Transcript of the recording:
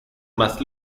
más